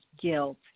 guilt